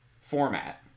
format